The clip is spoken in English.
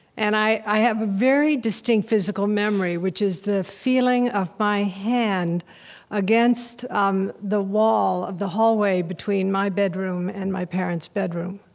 and i have a very distinct physical memory, which is the feeling of my hand against um the wall of the hallway between my bedroom and my parents' bedroom.